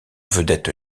vedette